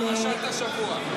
על פרשת השבוע,